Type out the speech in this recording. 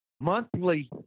monthly